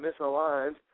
misaligned